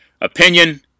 opinion